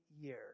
year